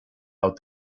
out